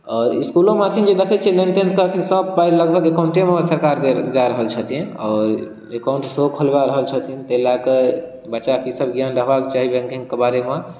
आओर इसकुलमे अखन जे देखे छियै नाइन्थ टेंथ के अखन सब के लगभग अकाउंटे मे सरकार दे दय रहल छथिन आओर अकाउंट सेहो खोलबा रहल छथिन ताहि लऽ के बच्चा के ई सब ज्ञान रहबा के चाही बैंकिंगके बारेमे